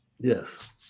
Yes